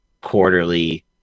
quarterly